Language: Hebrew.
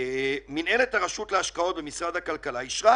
מינהלת הרשות להשקעות במשרד הכלכלה אישרה